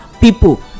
people